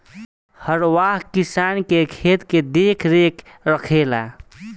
हरवाह किसान के खेत के देखरेख रखेला